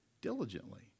diligently